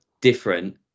different